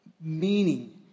meaning